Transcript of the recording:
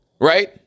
right